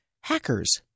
hackers